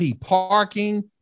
parking